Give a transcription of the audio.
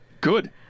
good